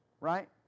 Right